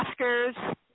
oscars